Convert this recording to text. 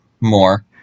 more